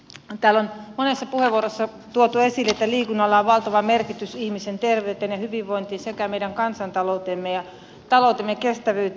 täällä on monessa puheenvuorossa tuotu esille että liikunnalla on valtava merkitys ihmisen terveydelle ja hyvinvoinnille sekä meidän kansantaloudellemme ja taloutemme kestävyydelle